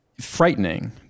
frightening